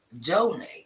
donate